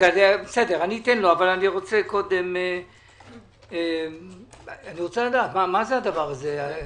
אתן לו, אבל קודם - מה זה הדבר הזה?